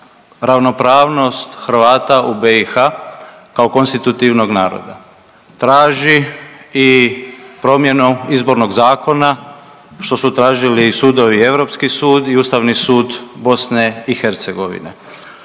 ravnopravnost Hrvata u BiH kao konstitutivnog naroda, traži i promjenu Izbornog zakona, što su tražili i sudovi, europski sud i Ustavni sud BiH.